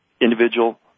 individual